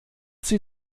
sie